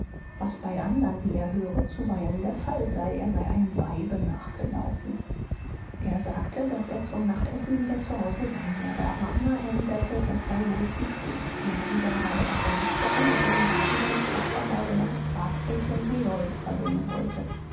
was bei andern wie er höre zuweilen der fall sei er sei einem weibe nachgelaufen er sagte daß er zum nachtessen wieder zu hause sein werde aber anna erwiderte das sei wohl zu spät ihr bruder habe davon gesprochen daß er den abend mit caspar bei der magistratsrätin behold verbringen wollte